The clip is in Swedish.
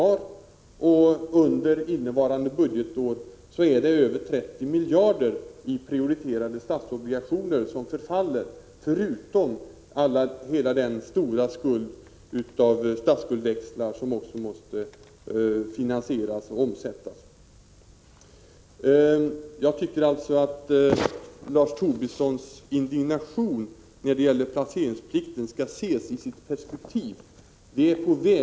Under innevarande budgetår är det över 30 miljarder i prioriterade statsobligationer som förfaller, förutom hela den stora skuld i form av statsskuldväxlar som också måste finansieras och omsättas. Jag tycker alltså att Lars Tobissons indignation när det gäller placeringsplikten skall ses i sitt perspektiv.